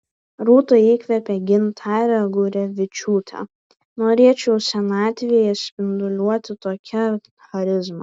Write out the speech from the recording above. rūta įkvėpė gintarę gurevičiūtę norėčiau senatvėje spinduliuoti tokia charizma